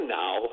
now